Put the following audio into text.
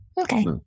okay